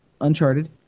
Uncharted